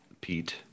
Pete